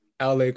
LA